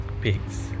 pigs